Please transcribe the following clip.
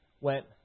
went